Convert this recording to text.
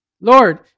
Lord